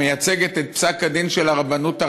מייצגת את פסק הדין של הרבנות הראשית,